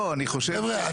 לא, אני חושב --- חבר'ה.